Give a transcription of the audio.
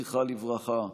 זכרה לברכה,